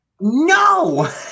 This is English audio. No